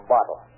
Bottle